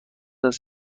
است